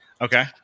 Okay